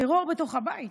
נשים עוברות טרור בתוך הבית,